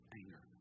anger